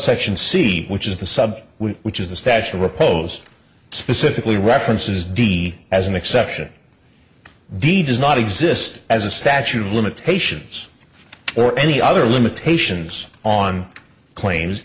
section c which is the sub which is the statue riposte specifically references d as an exception d does not exist as a statute of limitations or any other limitations on claims